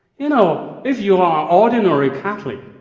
you know, if you are ordinary catholic,